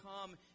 come